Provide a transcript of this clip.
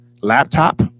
laptop